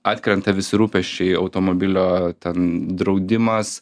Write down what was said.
atkrenta visi rūpesčiai automobilio ten draudimas